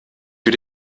für